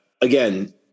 again